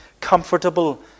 comfortable